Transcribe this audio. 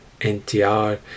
NTR